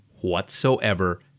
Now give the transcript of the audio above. whatsoever